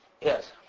Yes